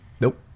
nope